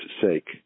sake